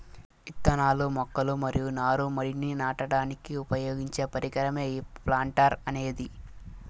ఇత్తనాలు, మొక్కలు మరియు నారు మడిని నాటడానికి ఉపయోగించే పరికరమే ఈ ప్లాంటర్ అనేది